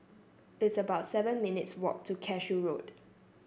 it's about seven minutes' walk to Cashew Road